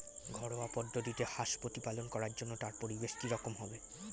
ঘরোয়া পদ্ধতিতে হাঁস প্রতিপালন করার জন্য তার পরিবেশ কী রকম হবে?